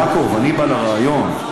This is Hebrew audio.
יעקב, אני מגיע לרעיון.